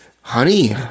honey